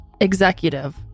Executive